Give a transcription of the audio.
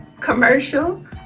commercial